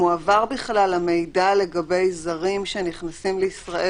מועבר בכלל המידע לגבי זרים שנכנסים לישראל